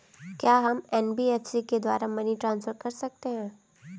क्या हम एन.बी.एफ.सी के द्वारा मनी ट्रांसफर कर सकते हैं?